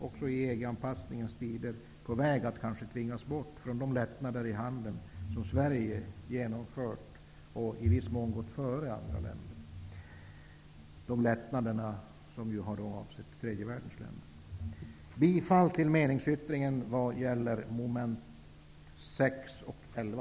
Nu, i EG-anpassningens tider, tvingas vi kanske bort från de lättnader i handeln som Sverige genomfört. I viss mån har Sverige gått före andra länder. Det gäller alltså lättnader avseende tredje världens länder. Jag yrkar bifall till meningssyttringen vad gäller mom. 6 och 11.